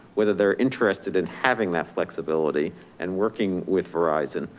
whether they're interested in having that flexibility and working with verizon,